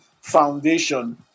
foundation